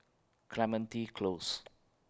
Clementi Close